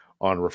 on